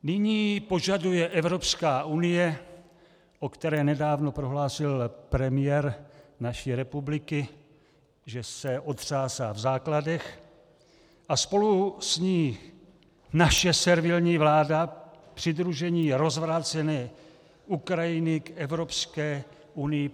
Nyní požaduje Evropská unie, o které nedávno prohlásil premiér naší republiky, že se otřásá v základech, a spolu s ní naše servilní vláda přidružení rozvrácené Ukrajiny k Evropské unii.